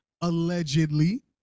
allegedly